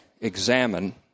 examine